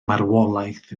marwolaeth